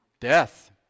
Death